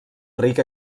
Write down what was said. ric